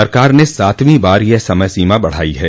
सरकार ने सातवीं बार यह समय सीमा बढ़ाई है